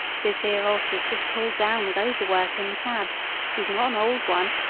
this ere hoss is just pulled down with overwork in the cabs he's not an old one,